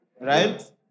Right